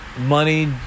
money